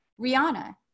Rihanna